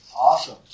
Awesome